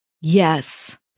Yes